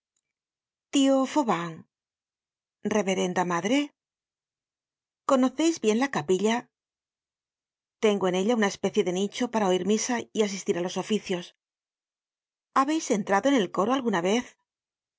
fauvent reverenda madre conoceis bien la capilla tengo en ella una especie de nicho para oir misa y asistir á los oficios habeis entrado en el coro alguna vez